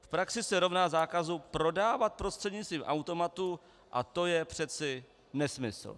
V praxi se rovná zákazu prodávat prostřednictvím automatu a to je přeci nesmysl.